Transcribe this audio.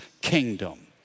kingdom